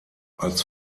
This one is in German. als